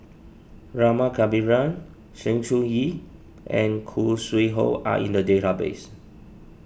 Rama Kannabiran Sng Choon Yee and Khoo Sui Hoe are in the database